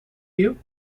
you